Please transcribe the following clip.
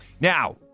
Now